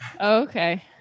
Okay